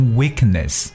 weakness